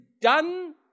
done